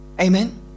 Amen